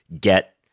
get